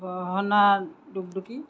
গহনা দুগদুগী